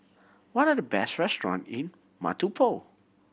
what are the best restaurant in